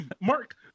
Mark